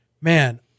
man